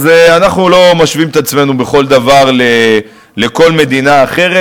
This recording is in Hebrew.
אז אנחנו לא משווים את עצמנו בכל דבר לכל מדינה אחרת,